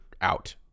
out